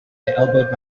elbowed